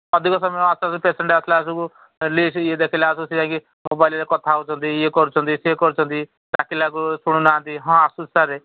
ଅଧିକ ସମୟ ଆସୁୁ ଆସୁ ପେସେଣ୍ଟ ଆସିଲା ଆସୁକୁ ଲିଷ୍ଟ ଇଏ ଦେଖିଲା ଆସୁ ସେ ଯାଇକି ମୋବାଇଲ୍ରେ କଥା ହେଉଛନ୍ତି ଇଏ କରୁଛନ୍ତି ସିଏ କରୁଛନ୍ତି ଡାକିଲାକୁ ଶୁଣୁନାହାନ୍ତି ହଁ ଆସୁଛୁ ସାରେ